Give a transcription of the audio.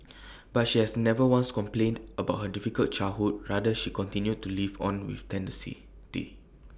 but she has never once complained about her difficult childhood rather she continued to live on with tenacity